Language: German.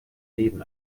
leben